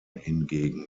hingegen